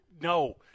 No